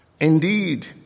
Indeed